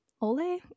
ole